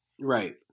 Right